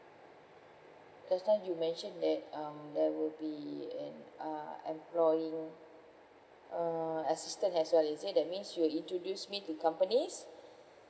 just now you mentioned that um there will be and uh employing err assistance as well is it that means you will introduce me to companies